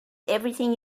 everything